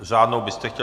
Řádnou byste chtěl.